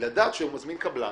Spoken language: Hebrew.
לדעת שהוא מזמין קבלן,